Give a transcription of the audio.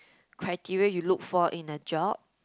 criteria you look for in a job